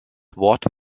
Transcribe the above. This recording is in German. wort